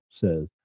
says